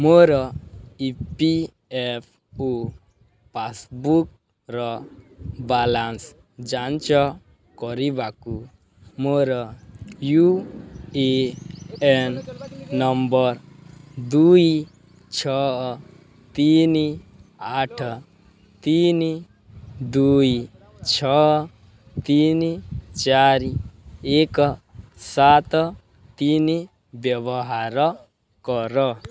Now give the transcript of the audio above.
ମୋର E P F O ପାସ୍ବୁକ୍ର balance ଯାଞ୍ଚ କରିବାକୁ ମୋର ୟୁ ଏ ଏନ୍ ନମ୍ବର୍ ଦୁଇ ଛଅ ତିନି ଆଠ ତିନି ଦୁଇ ଛଅ ତିନି ଚାରି ଏକ ସାତ ତିନି ବ୍ୟବହାର କର